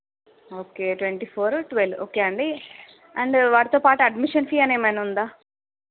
okay twenty four twelve okay అండి and వాటితో పాటు అడ్మిషన్ ఫీ అని ఏమైనా ఉందా